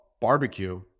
barbecue